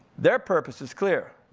their purpose is clear.